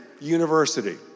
university